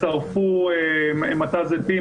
שרפו מטע זיתים,